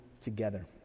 together